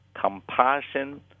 compassion